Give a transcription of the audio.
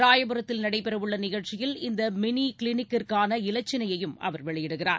ராயபுரத்தில் நடைபெறவுள்ள நிகழ்ச்சியில் இந்த மினி கிளினிக் கான இலட்சினையையும் வெளியிடுகிறார்